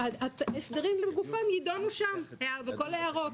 ההסדרים לגופם יידונו שם וכל ההערות.